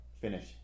Finish